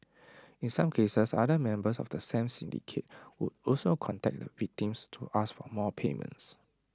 in some cases other members of the scam syndicate would also contact the victims to ask for more payments